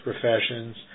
Professions